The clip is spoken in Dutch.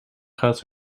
gaat